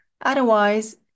Otherwise